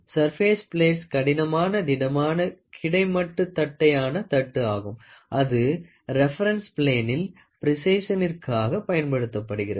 surface plates கடினமான திடமான கிடைமட்டு தட்டயான தட்டு ஆகும் அது ரெபன்ஸ் பிலேனில் ப்ரேஸிஸனிர்காக பயன்படுகிறது